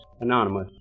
Anonymous